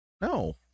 No